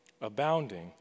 abounding